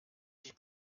die